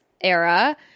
era